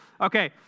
Okay